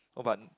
oh but